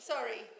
Sorry